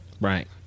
right